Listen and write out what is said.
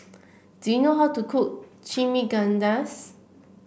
do you know how to cook Chimichangas